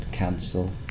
Cancel